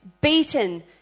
beaten